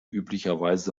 üblicherweise